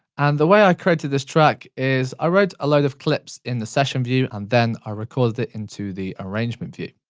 and the way i created this track is i wrote a load of clips in the session view and then i recorded it into the arrangement view.